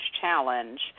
challenge